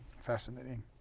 Fascinating